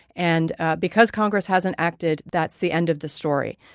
and because congress hasn't acted, that's the end of the story.